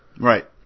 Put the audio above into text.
Right